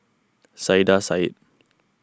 Saiedah Said